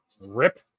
Rip